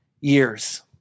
years